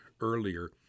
earlier